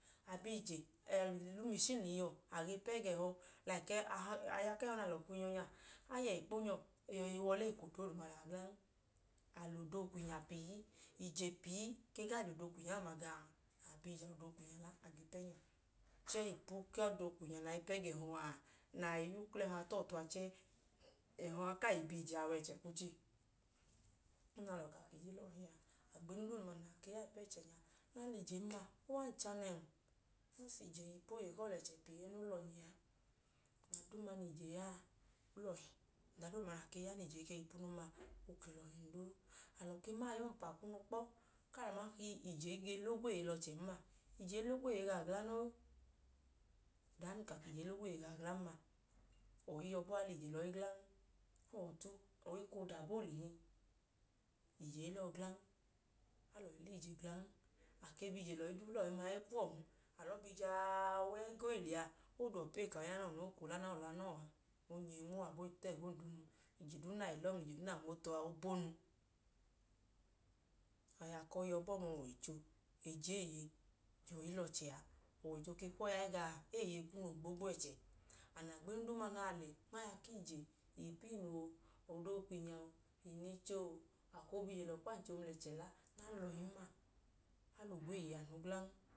A bi ije a le la umẹchin lẹ iyuwọ, a ge pẹ ga ẹhọ. Laiki aya ku ẹhọ nẹ alọ gen yọ nya, a yẹ ikpo nyọ yọi wa ọlẹ eko dooduma liya glan. A lẹ ọda okwinya pii. Ije pii ke gaa je ọda okwinya ọma gawọ a. A bi ije a lẹ ọda okwinya a la chẹẹ a gboo pẹ nyọ. Chẹẹ ipu ku ọda okwinya a na i pẹ ga ẹhọ a, na i lẹ uklọ ẹhọ a ta ọtu a, ẹhọ a kaa i bi ije a wa ẹchẹ kwuche. agbenu dooduma na i ya ipu ku ẹchẹ nya, na lẹ ijen ma, o wẹ ancha nẹn bikọs o yọ ẹgiyi ọlẹchẹ pii ẹẹ noo lọnyẹ a. Ọda duuma nẹ ije ya a, o lọhi. Ọda doodu na key a nẹ ije i ke yọ ipunun ma o ke lọhin duu. Alọ ke ma aya ọmpa kunukpọ ka ii, ije i ge la ogweeye lẹ ọchẹn ma. Ije i la ogweeye gawọ gla noo. Ije i la ogweeye gawọ glan ma, ọyi yọ bọọ a, a lẹ ije la ọyi glan. Ọyi koo dab a oolihi, ije i la ọọ glan. A ke bi ije lẹ ọyi duuma la, ọyi ọma i wẹ ẹkuwọn. A bi jaa wa ẹgọ ee liya, o i da uwọ pee ka awọ i wẹ ẹnẹ anọọ noo, ka ije nẹ awọ bi la anọọ a. O nyẹ nma abọọ o i ta ẹga ondunu. Ije duu na le la ọọ mla ije duu na nmo tu ọ a, o bonu. Aya ku ọyi yọ bọọ nẹ ọwọicho ge je eeye ge je ọyi lẹ ọchẹ a. Ọwọicho ke kwu ọyi a i gawọ, eeye kunu wẹ ogbogboo ẹchẹ. Andi agbenu duuma na lẹ ipu ije, ipu inu oo, ọda okwinya oo, a koo bi ije lẹ ọkpancho mla ẹchẹ la, nẹ a lẹ ọyin ma, a lẹ ogweeye mla anu glan.